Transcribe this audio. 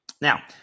Now